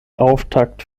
auftakt